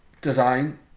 design